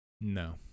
No